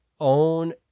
own